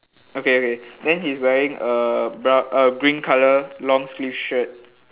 okay okay then he's wearing err brow~ err green colour long sleeve shirt